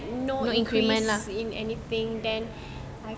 no increase in anything then